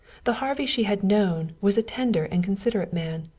the harvey she had known was a tender and considerate man,